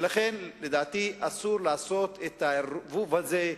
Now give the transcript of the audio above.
ולכן, לדעתי, אסור לעשות את הערבוב הזה.